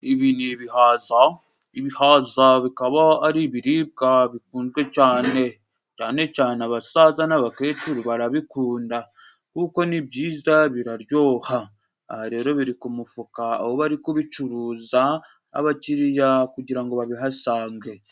Ibi ni ibihaza, ibihaza bikaba ari ibiribwa bikunzwe cyane. Cyane cyane abasaza n'abakecuru barabikunda. Kuko ni byiza, biraryoha. Aha rero biri ku mufuka, aho bari kubicuruza, abakiriya kugira ngo babihasange.